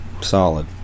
Solid